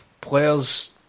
players